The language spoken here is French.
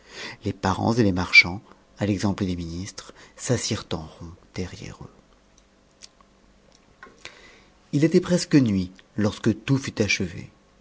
les parents et les marchands a l'exemple des ministres s'assirent en rond derrière eux ii était presque nuit lorsque tout fut achevé